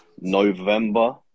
November